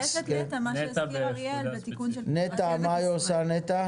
מה עושה נת"ע?